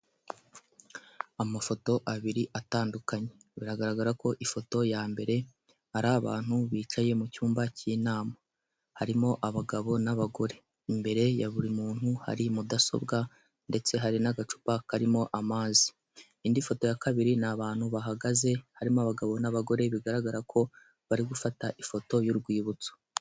Amafoto abiri atandukanye, biragaragara ko ifoto ya mbere ari abantu bicaye mu icyumba cy'inama harimo abagabo n'abagore. Imbere ya buri muntu hari mudasobwa ndetse hari n'agacupa karimo amazi. Indi foto ya kabiri ni abantu bahagaze harimo abagabo n'abagore bigaragara ko bari gufata ifoto y'urwibutso.